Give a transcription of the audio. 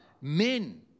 men